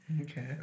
Okay